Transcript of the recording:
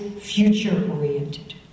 future-oriented